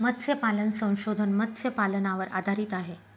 मत्स्यपालन संशोधन मत्स्यपालनावर आधारित आहे